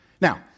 Now